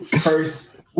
First